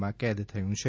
માં કેદ થયું છે